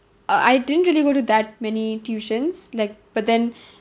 uh I didn't really go to that many tuitions like but then